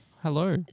Hello